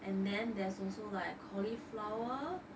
and then there's also like cauliflower